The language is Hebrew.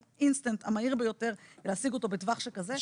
לחלוקת משאבים כך או אחרת בין דבר כזה או דבר אחר,